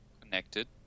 connected